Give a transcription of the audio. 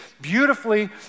beautifully